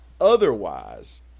otherwise